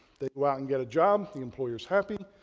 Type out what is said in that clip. they go out and get a job, the employer is happy,